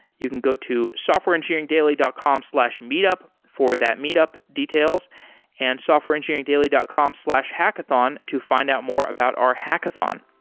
you can go to softwareengineeringdaily dot com slash meetup for that meet up details and softwareengineeringdaily dot com slash hackathon to find out more about our hackathon.